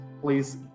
please